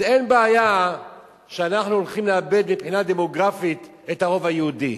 אין בעיה שאנחנו הולכים לאבד מבחינה דמוגרפית את הרוב היהודי,